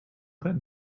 that